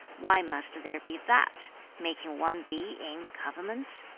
why must there be that making one be in the government